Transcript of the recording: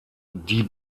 die